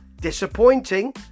Disappointing